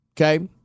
Okay